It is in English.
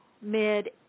mid